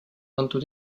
antud